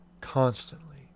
constantly